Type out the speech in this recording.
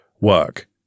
work